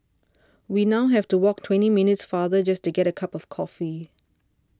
we now have to walk twenty minutes farther just to get a cup of coffee